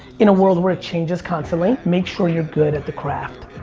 in a world where it changes constantly. make sure you're good at the craft.